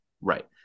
Right